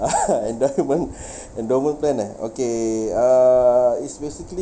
endowment endowment plan ah okay uh it's basically